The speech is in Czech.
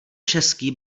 český